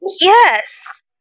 Yes